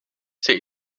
say